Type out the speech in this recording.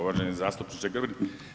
Uvaženi zastupniče Grbin.